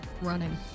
running